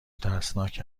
ترسناک